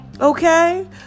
Okay